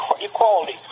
equality